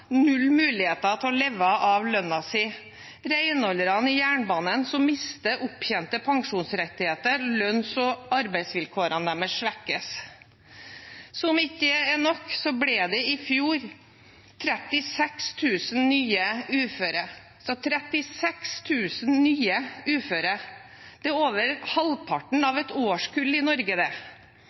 null muligheter til å leve av lønnen sin, eller renholderne i jernbanen, som mister opptjente pensjonsrettigheter, og lønns- og arbeidsvilkårene deres svekkes. Som om ikke det er nok, ble det i fjor 36 000 nye uføre. Det er over halvparten av et årskull i Norge.